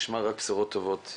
שנשמע רק בשורות טובות.